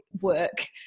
work